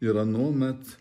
ir anuomet